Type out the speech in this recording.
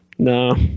No